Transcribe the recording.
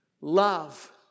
Love